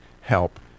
help